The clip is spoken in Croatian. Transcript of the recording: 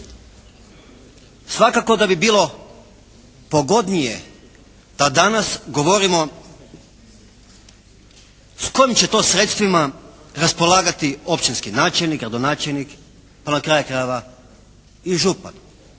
Svakako da bi bilo pogodnije da danas govorimo s kojim će to sredstvima raspolagati općinski načelnik, gradonačelnik, pa na kraju krajeva i župan,